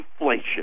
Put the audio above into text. inflation